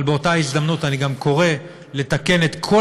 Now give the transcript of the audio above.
אבל באותה הזדמנות אני גם קורא לתקן את כל